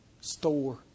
store